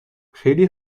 خیلی